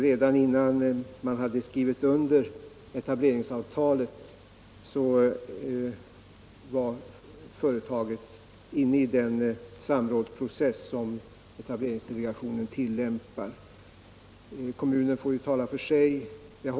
Redan innan man hade skrivit under etableringsavtalet var företaget inne i den samrådsprocess som etableringsdelegationen tillämpar. Kommunen får tala för sig själv.